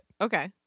Okay